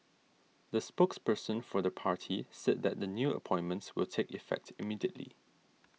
the spokesperson for the party said that the new appointments will take effect immediately